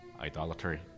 idolatry